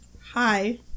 Hi